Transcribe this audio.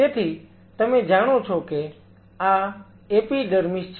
તેથી તમે જાણો છો કે આ એપીડર્મીશ છે